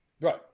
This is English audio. Right